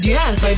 Yes